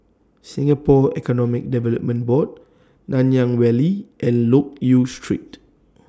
Singapore Economic Development Board Nanyang Valley and Loke Yew Street